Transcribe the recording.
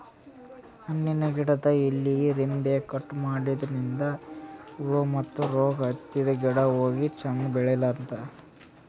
ಹಣ್ಣಿನ್ ಗಿಡದ್ ಎಲಿ ರೆಂಬೆ ಕಟ್ ಮಾಡದ್ರಿನ್ದ ಹುಳ ಮತ್ತ್ ರೋಗ್ ಹತ್ತಿದ್ ಗಿಡ ಹೋಗಿ ಚಂದ್ ಬೆಳಿಲಂತ್